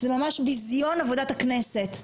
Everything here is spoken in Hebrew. זה ממש ביזיון עבודת הכנסת.